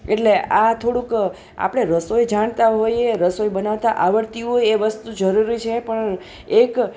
એટલે આ થોડુંક આપણે રસોઈ જાણતા હોઈએ રસોઈ બનાવતા આવડતી હોય એ વસ્તુ જરૂરી છે પણ એક